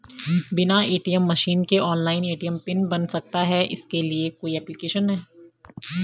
बिना ATM machine के online ATM PIN बन सकता है इसके लिए कोई ऐप्लिकेशन है?